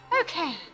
okay